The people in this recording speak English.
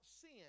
sin